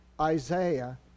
Isaiah